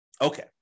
Okay